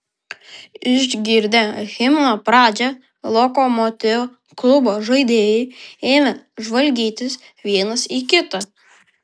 išgirdę himno pradžią lokomotiv klubo žaidėjai ėmė žvalgytis vienas į kitą